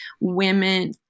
women